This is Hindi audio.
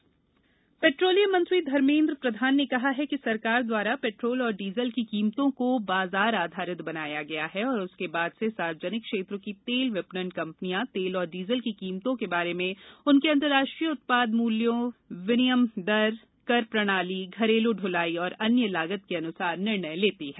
प्रधान पैट्रोलियम कीमत पैट्रोलियम मंत्री धमेन्द्र प्रधान ने कहा है कि सरकार द्वारा पैट्रोल और डीजल की कीमतों को बाजार आधारित बनाया गया है और उसके बाद से सार्वजनिक क्षेत्र की तेल विपणन कंपनियां तेल और डीजल की कीमतों के बारे में उनके अंतर्राष्ट्रीय उत्पाद मूल्यों विनियम दर कर प्रणाली घरेलू दूलाई और अन्य लागत के अनुसार निर्णय लेती हैं